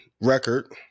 record